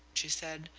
she said.